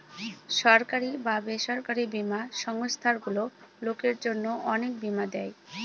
সরকারি বা বেসরকারি বীমা সংস্থারগুলো লোকের জন্য অনেক বীমা দেয়